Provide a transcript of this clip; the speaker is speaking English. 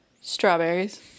Strawberries